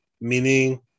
Meaning